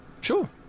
Sure